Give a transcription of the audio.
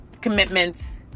commitments